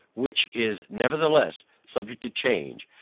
which, is nevertheless subject to change,